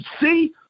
see